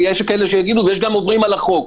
ויש כאלה שגם עוברים על החוק.